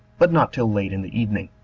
but not till late in the evening.